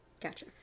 Gotcha